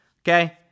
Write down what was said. Okay